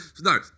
No